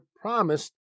promised